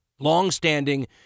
long-standing